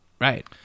right